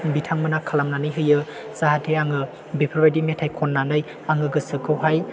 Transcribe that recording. बिथांमोना खालामनानै होयो जाहाथे आङो बेफोरबायदि मेथाइ खननानै आङो गोसोखौहाय